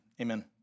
amen